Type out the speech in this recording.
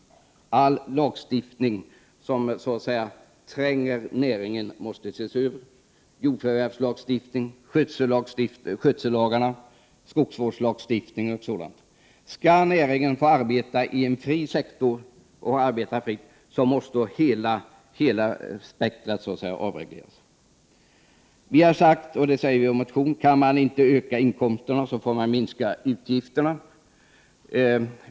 All lagstiftning som så att säga tränger näringen måste ses över — jordförvärvslagstiftning, skötsellagar, skogsvårdslagstiftning, osv. Om näringen skall få arbeta fritt i en fri sektor måste hela spektrumet avregleras. Vi har i vår motion sagt att om inkomsterna inte kan ökas får utgifterna minskas.